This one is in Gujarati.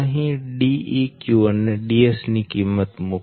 અહી Deq અને Ds ની કિંમત મુકો